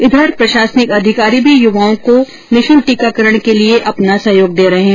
इधर प्रशासनिक अधिकारी भी युवाओं के निःशुल्क टीकाकरण के लिए अपना सहयोग दे रहे हैं